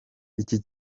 iki